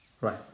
right